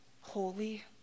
holy